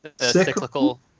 cyclical